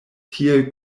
tiel